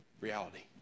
reality